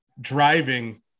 driving